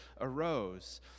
arose